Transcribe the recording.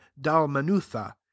dalmanutha